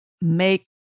make